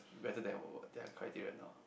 better than their criteria now